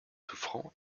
souffrant